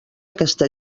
aquesta